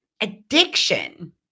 addiction